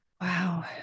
Wow